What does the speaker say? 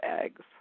eggs